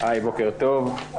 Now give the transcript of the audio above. בוקר טוב,